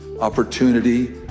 opportunity